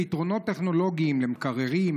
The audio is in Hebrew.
פתרונות טכנולוגיים למקררים,